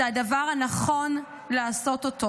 זה הדבר הנכון לעשות.